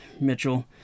Mitchell